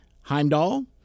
heimdall